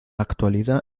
actualidad